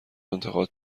انتقاد